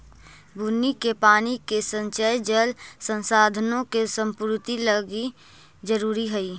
बुन्नी के पानी के संचय जल संसाधनों के संपूर्ति लागी जरूरी हई